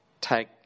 take